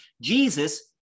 Jesus